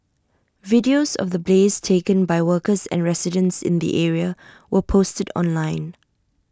videos of the blaze taken by workers and residents in the area were posted online